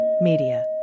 Media